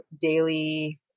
daily